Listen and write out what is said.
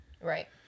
Right